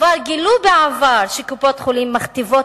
וכבר גילו בעבר שקופות-חולים מכתיבות